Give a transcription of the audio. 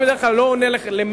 אני בדרך כלל לא עונה למרצ,